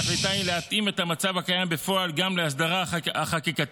תכליתה היא להתאים את המצב הקיים בפועל גם להסדרה החקיקתית